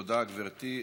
תודה, גברתי.